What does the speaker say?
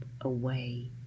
away